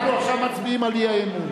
אנחנו מצביעים עכשיו על האי-אמון.